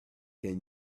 can